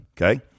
Okay